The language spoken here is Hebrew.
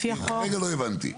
כרגע לא הבנתי.